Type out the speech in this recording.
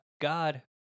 God